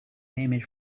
image